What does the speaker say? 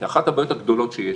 כי אחת הבעיות הגדולות שיש,